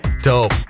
Dope